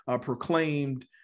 proclaimed